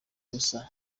ubusa